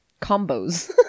combos